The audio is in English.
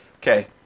okay